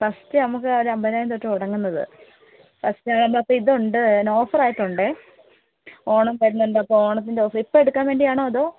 first നമുക്ക് ഒരു അമ്പതിനായിരം തൊട്ടാ തുടങ്ങുന്നത് ഫസ്റ്റ് അപ്പം ഇതുണ്ട് ഓഫറായിട്ടുണ്ടേ ഓണം വരുന്നുണ്ട് അപ്പം ഓണത്തിൻ്റെ ഓഫർ ഇപ്പം എടുക്കാൻ വേണ്ടിയാണോ അതോ